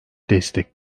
destek